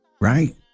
right